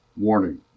Warning